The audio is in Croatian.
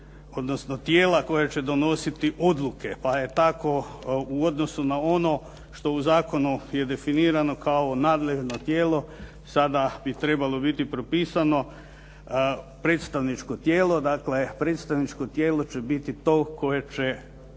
odnosno tijela koja će donositi odluke. Pa je tako u odnosu na ono što u zakonu je definirano kao nadležno tijelo sada bi trebalo biti propisano predstavničko tijelo. Dakle, predstavničko tijelo će biti to koje će